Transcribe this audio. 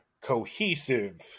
cohesive